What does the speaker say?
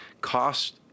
cost